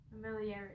Familiarity